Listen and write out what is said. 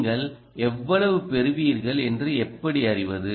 நீங்கள் எவ்வளவு பெறுவீர்கள் என்று எப்படி அறிவது